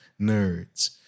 nerds